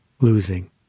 losing